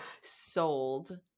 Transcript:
sold